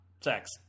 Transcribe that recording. sex